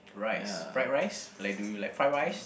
rice fried rice like do you like fried rice